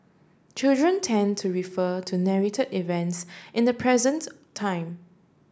children tend to refer to narrated events in the present time